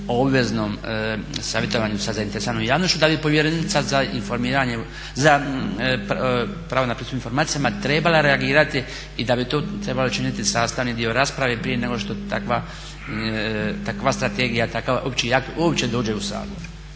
obveznom savjetovanju sa zainteresiranom javnošću, da bi povjerenica za informiranje, za prava na pristup informacijama trebala reagirati i da bi to trebalo činiti sastavni dio rasprave prije nego što takva strategija, takav opći akt